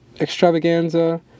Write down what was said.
Extravaganza